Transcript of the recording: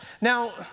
Now